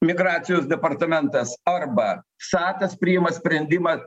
migracijos departamentas arba šatas priima sprendimą